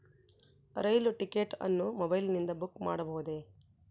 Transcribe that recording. ರೈಲು ticket ಅನ್ನು ಮೊಬೈಲಿಂದ book ಮಾಡಬಹುದೆ?